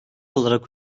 olarak